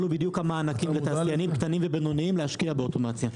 אלו בדיוק המענקים לתעשיינים קטנים ובינונים להשקיע באוטומציות.